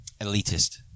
Elitist